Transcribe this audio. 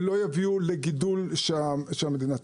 ולא יביאו לגידול שהמדינה צריכה.